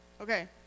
Okay